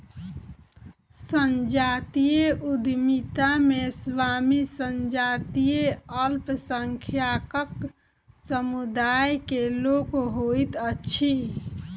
संजातीय उद्यमिता मे स्वामी संजातीय अल्पसंख्यक समुदाय के लोक होइत अछि